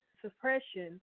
suppression